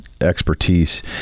expertise